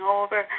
over